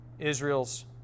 Israel's